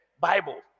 bible